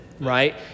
right